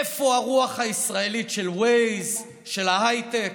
איפה הרוח הישראלית של Waze, של ההייטק,